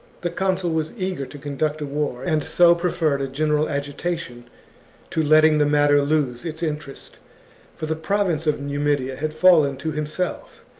the consul was eager to conduct a war, and so preferred a general agitation to letting the matter lose its interest for the province of numidia had fallen to himself,